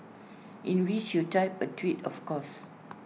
in which you typed A twit of course